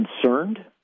concerned